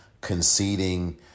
conceding